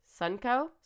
Sunco